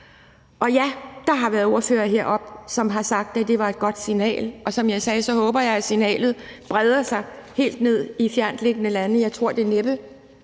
Og ja, der har været ordførere heroppe, som har sagt, at det var et godt signal, og som jeg sagde, håber jeg, at signalet breder sig helt nede i fjerntliggende lande. Jeg tror det næppe.